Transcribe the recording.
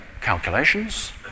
calculations